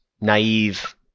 naive